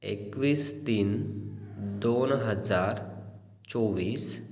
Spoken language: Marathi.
एकवीस तीन दोन हजार चोवीस